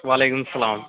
وعلیکُم السلام